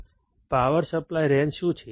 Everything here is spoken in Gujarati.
પાવર સપ્લાય રેન્જ શું છે